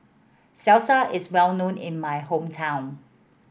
salsa is well known in my hometown